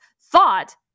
thought